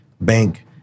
bank